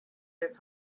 his